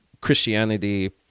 christianity